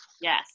Yes